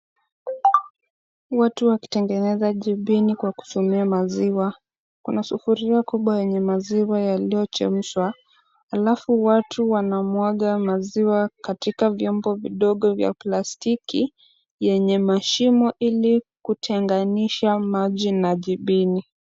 Watu wakitengeneza jibini kwa kutumia maziwa. Kuna sufuria kubwa yenye maziwa yaliyochemshwa, alafu watu wanamwaga maziwa katika vyombo vidogo vya plastiki vyenye mashimo, ili kutenganisha maji na jibini.